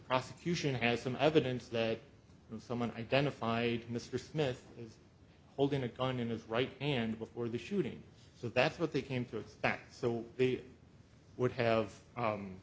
prosecution has some evidence that someone identified mr smith is holding a gun in his right hand before the shooting so that's what they came to expect so they would have